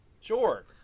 Sure